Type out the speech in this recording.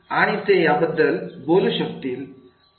आणि ते याबद्दल बोलू शकतील